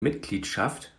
mitgliedschaft